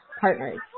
partners